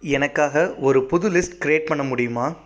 எனக்காக ஒரு புது லிஸ்ட் க்ரியேட் பண்ண முடியுமா